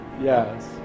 Yes